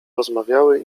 rozmawiały